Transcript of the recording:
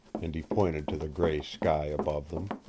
and he pointed to the gray sky above them.